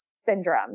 syndrome